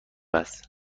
است